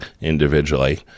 individually